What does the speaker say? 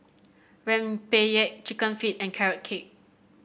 rempeyek chicken feet and Carrot Cake